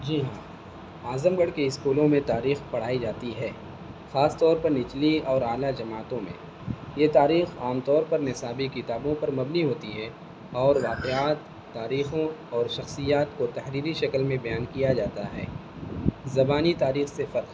جی ہاں اعظم گڑھ کے اسکولوں میں تاریخ پڑھائی جاتی ہے خاص طور پر نچلی اور اعلیٰ جماعتوں میں یہ تاریخ عام طور پر نصابی کتابوں پر مبنی ہوتی ہے اور واقعات تاریخوں اور شخصیات کو تحریری شکل میں بیان کیا جاتا ہے زبانی تاریخ سے فرق